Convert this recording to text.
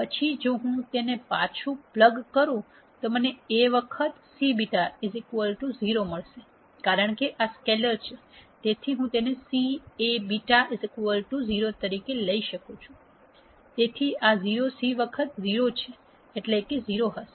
પછી જો હું તેને પાછું પ્લગ કરું તો મને A વખત C β 0 મળશે કારણ કે આ સ્કેલેર છે તેથી હું તેને C A β 0 લઈ શકું છું તેથી આ 0 C વખત 0 છે એટલે 0 હશે